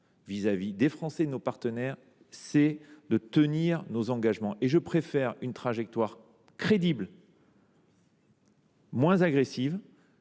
à l’égard des Français et de nos partenaires est de tenir nos engagements. Je préfère une trajectoire moins agressive,